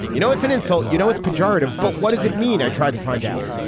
you know it's an insult. you know it's pejorative but what does it mean. i tried to find out.